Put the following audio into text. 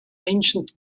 ancient